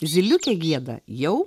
zyliukė gieda jau